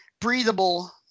breathable